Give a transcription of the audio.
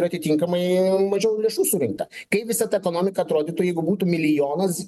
ir atitinkamai mažiau lėšų surinkta kaip visa ta ekonomika atrodytų jeigu būtų milijonas